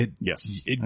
Yes